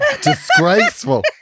disgraceful